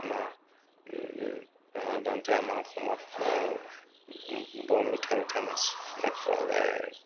আমাৰ সাধাৰণতে আমাৰ অসমত বৰ মিঠা মিঠা মাছবিলাক পোৱা যায়